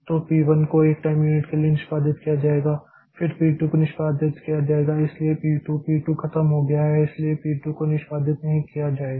तो पी 1 को 1 time unit के लिए निष्पादित किया जाएगा फिर पी 2 को निष्पादित किया जाएगा इसलिए पी 2 पी 2 खत्म हो गया है इसलिए पी 2 को निष्पादित नहीं किया जाएगा